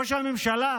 ראש הממשלה,